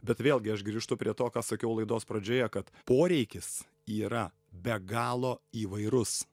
bet vėlgi aš grįžtu prie to ką sakiau laidos pradžioje kad poreikis yra be galo įvairus